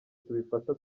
tubifata